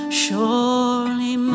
surely